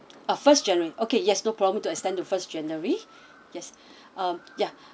uh first january okay yes no problem to extend to first january yes uh yeah